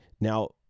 Now